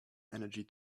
energy